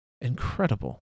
Incredible